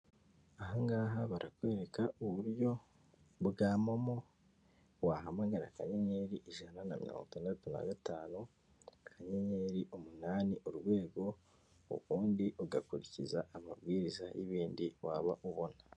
Aha ngaha barakwereka uburyo bwa momo wahamagara akanyenyeri ijana na mirongo itandatu nagatanu akanyenyeri umunani urwego ubundi ugakurikiza amabwiriza y'ibindi waba ubona.